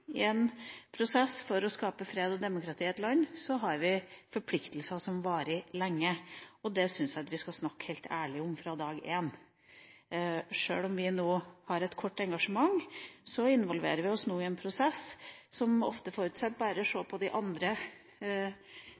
i en prosess for å skape fred og demokrati i et land, har vi forpliktelser som varer lenge. Det synes jeg at vi skal snakke helt ærlig om fra dag én. Sjøl om vi nå har et kort engasjement, involverer vi oss nå i en prosess som ofte forutsetter noe mer. Bare se på de andre